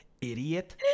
idiot